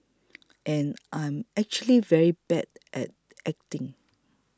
and I'm actually very bad at acting